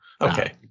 Okay